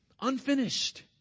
unfinished